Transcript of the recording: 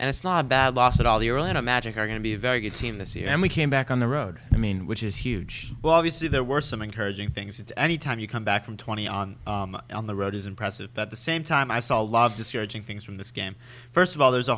and it's not a bad loss at all the early no magic are going to be a very good team this year and we came back on the road i mean which is huge well obviously there were some encouraging things any time you come back from twenty on the road is impressive that the same time i saw a lot of discouraging things from this game first of all there's a